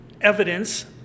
evidence